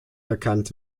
bekannt